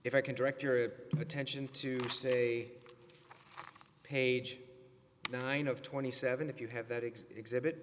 if i can direct your attention to say page nine of twenty seven if you have exhibit